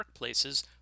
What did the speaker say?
workplaces